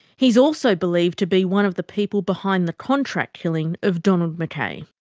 he's also believed to be one of the people behind the contract killing of donald mackay.